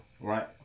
right